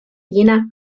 jener